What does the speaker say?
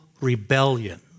rebellion